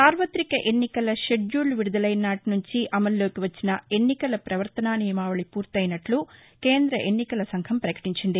సార్వతిక ఎన్నికల షేడ్యూల్ విడుదలైన నాటి నుంచి అమల్లోకి వచ్చిన ఎన్నికల పవర్తనా నియమావళి పూరైనట్లు కేంద్ర ఎన్నికల సంఘం పకటించింది